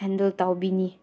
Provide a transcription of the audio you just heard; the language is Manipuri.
ꯍꯦꯟꯗꯜ ꯇꯧꯕꯤꯅꯤ